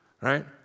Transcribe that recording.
Right